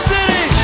City